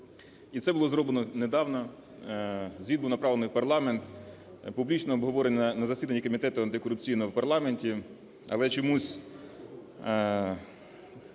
і це було зроблено недавно. Звіт був направлений в парламент, публічно обговорено на засіданні комітету антикорупційному в парламенті, але чомусь